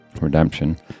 Redemption